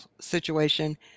situation